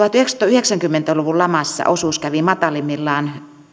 tuhatyhdeksänsataayhdeksänkymmentä luvun lamassa osuus kävi matalimmillaan